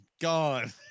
gone